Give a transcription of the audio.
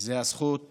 היא הזכות